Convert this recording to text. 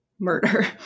Murder